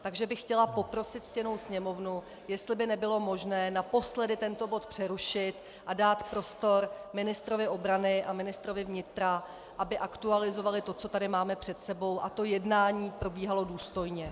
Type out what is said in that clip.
Takže bych chtěla poprosit ctěnou Sněmovnu, jestli by nebylo možné naposledy tento bod přerušit a dát prostor ministrovi obrany a ministrovi vnitra, aby aktualizovali to, co tady máme před sebou, a to jednání aby probíhalo důstojně.